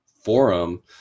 forum